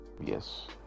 Yes